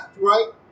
right